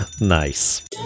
Nice